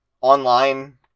online